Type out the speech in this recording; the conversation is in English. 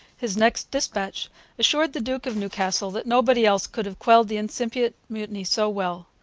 his next dispatch assured the duke of newcastle that nobody else could have quelled the incipient mutiny so well.